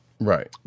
Right